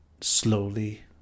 slowly